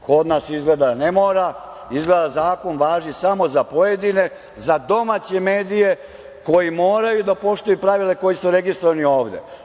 Kod nas izgleda ne mora, izgleda zakon važi samo za pojedine, za domaće medije koji moraju da poštuju pravila i koji su registrovani ovde.